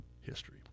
history